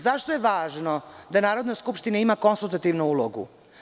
Zašto je važno da Narodna skupština ima konsultativnu ulogu?